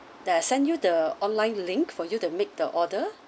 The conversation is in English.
that I send you the online link for you to make the order